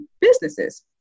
businesses